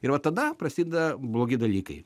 ir vat tada prasideda blogi dalykai